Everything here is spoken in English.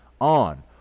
on